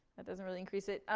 that doesn't really increase it.